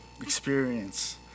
experience